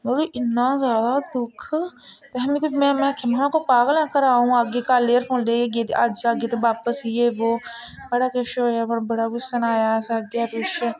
महां इ'न्ना ज्यादा दुक्ख महां में आखेआ महा आ'ऊं कोई पागल ऐं घरां आ'ऊं आह्गी कल एयरफोन देई जाह्गी ते अज्ज आह्गी ते बापस एह् वो बड़ा किश होएआ मड़ो बड़ा कुछ सनाया असें अग्गें पिच्छें